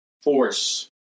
force